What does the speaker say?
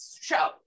show